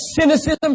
cynicism